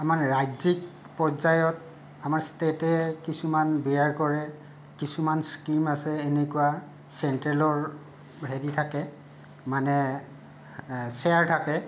আমাৰ ৰাজ্যিক পৰ্য্য়ায়ত আমাৰ ষ্টেটে কিছুমান বিয়াৰ কৰে কিছুমান স্কীম আছে এনেকুৱা চেন্ট্ৰেলৰ হেৰি থাকে মানে শ্বেয়াৰ থাকে